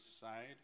side